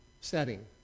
setting